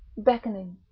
beckoning.